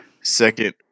Second